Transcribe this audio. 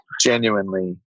genuinely